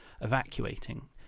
evacuating